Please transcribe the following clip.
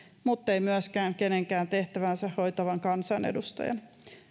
muttei myöskään kenenkään tehtäväänsä hoitavan kansanedustajan